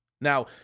Now